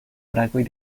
brakojn